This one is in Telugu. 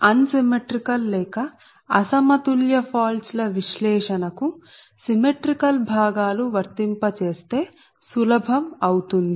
అన్సిమ్మెట్రీకల్ లేక అసమతుల్య ఫాల్ట్స్ ల విశ్లేషణ కు సిమ్మెట్రీకల్ భాగాలు వర్తింప చేస్తే సులభం అవుతుంది